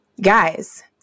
Guys